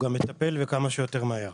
וכמה שיותר מהר.